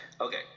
okay